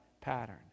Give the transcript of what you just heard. pattern